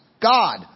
God